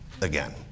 again